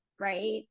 right